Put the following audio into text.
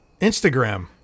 Instagram